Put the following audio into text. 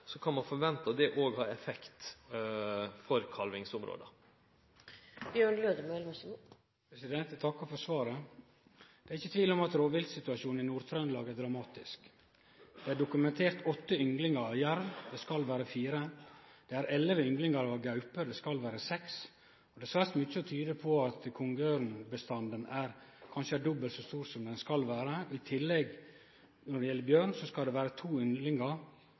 kan ein forvente at det òg har effekt for kalvingsområda. Eg takkar for svaret. Det er ikkje tvil om at rovviltsituasjonen i Nord-Trøndelag er dramatisk. Det er dokumentert åtte ynglingar av jerv – det skal vere fire. Det er elleve ynglingar av gaupe – det skal vere seks. Det er svært mykje som tyder på at kongeørnbestanden kanskje er dobbelt så stor som han skal vere. I tillegg, når det gjeld bjørn, er det to ynglingar – og talet skal